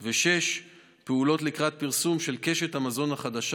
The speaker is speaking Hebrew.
6. פעולות לקראת פרסום של קשת המזון החדשה